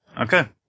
Okay